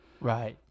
right